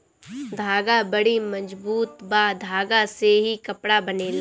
धागा बड़ी मजबूत बा धागा से ही कपड़ा बनेला